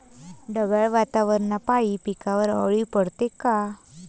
ढगाळ वातावरनापाई पिकावर अळी पडते का?